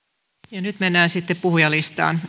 nyt mennään sitten puhujalistaan